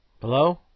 hello